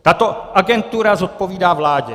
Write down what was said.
Tato agentura zodpovídá vládě.